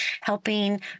Helping